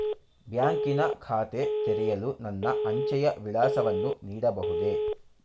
ಬ್ಯಾಂಕಿನ ಖಾತೆ ತೆರೆಯಲು ನನ್ನ ಅಂಚೆಯ ವಿಳಾಸವನ್ನು ನೀಡಬಹುದೇ?